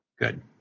good